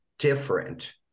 different